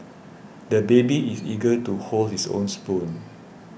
the baby is eager to hold his own spoon